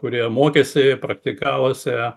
kurie mokėsi praktikavosi